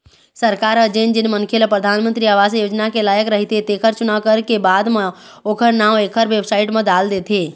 सरकार ह जेन जेन मनखे ल परधानमंतरी आवास योजना के लायक रहिथे तेखर चुनाव करके बाद म ओखर नांव एखर बेबसाइट म डाल देथे